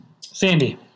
Sandy